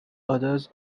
others